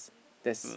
that's